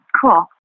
cool